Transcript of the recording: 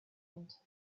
enter